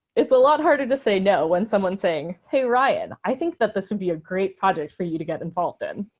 it's a lot harder to say no when someone's saying, hey, ryan, i think that this would be a great project for you to get involved in.